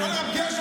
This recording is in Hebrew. פותחים לנו רמב"ם.